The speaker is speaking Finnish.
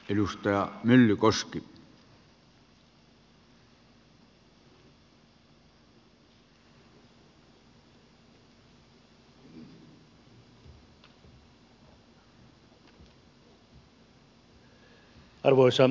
arvoisa herra puhemies